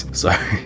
sorry